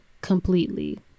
completely